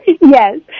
Yes